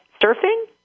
surfing